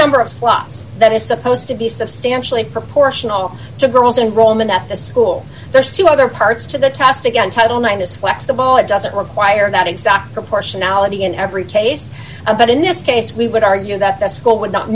number of slots that is supposed to be substantially proportional to girls in roman death at school there's two other parts to the test again title nine is flexible it doesn't require that exact proportionality in every case but in this case we would argue that the school would not